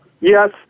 Yes